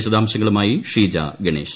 വിശദാംശങ്ങളുമായി ഷീജ ഗണേഷ്